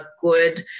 good